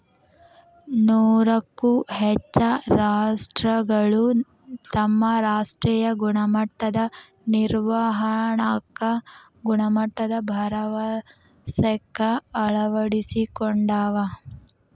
ನೂರಕ್ಕೂ ಹೆಚ್ಚ ರಾಷ್ಟ್ರಗಳು ತಮ್ಮ ರಾಷ್ಟ್ರೇಯ ಗುಣಮಟ್ಟದ ನಿರ್ವಹಣಾಕ್ಕ ಗುಣಮಟ್ಟದ ಭರವಸೆಕ್ಕ ಅಳವಡಿಸಿಕೊಂಡಾವ